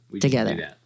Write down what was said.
together